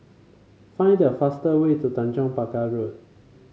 find the fastest way to Tanjong Pagar Road